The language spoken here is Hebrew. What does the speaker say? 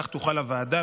כך תוכל הוועדה,